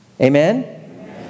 Amen